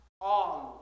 on